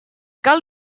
cal